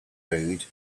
mood